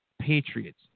Patriots